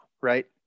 right